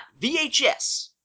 VHS